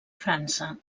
frança